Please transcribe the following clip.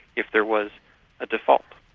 if there was a default.